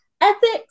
ethics